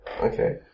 Okay